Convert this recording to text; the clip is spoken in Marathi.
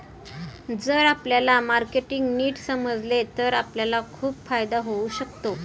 जर आपल्याला मार्केटिंग नीट समजले तर आपल्याला खूप फायदा होऊ शकतो